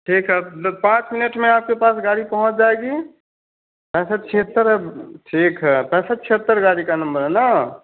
ठीक है दस पाँच मिनट में आपके पास गाड़ी पहुँच जाएगी पैंसठ छियात्तर है ठीक है पैंसठ छियत्तर गाड़ी का नंबर है ना